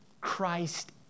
Christ